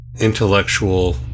intellectual